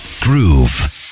Groove